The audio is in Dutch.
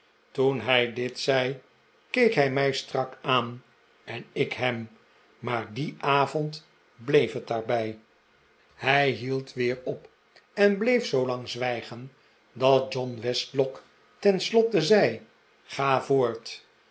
toen hij dit zei keek hij mij strak aan en ik hem maar dien avond bleef het daarbij hij hield weer op en bleef zoolang zwijgen dat john westlock tenslotte zei ga voort